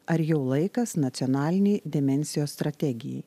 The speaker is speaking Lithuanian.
ar jau laikas nacionalinei demensijos strategijai